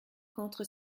contre